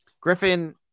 Griffin